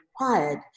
required